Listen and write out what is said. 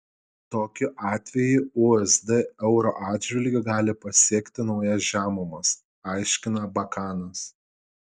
tokiu atveju usd euro atžvilgiu gali pasiekti naujas žemumas aiškina bakanas